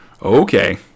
Okay